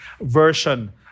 version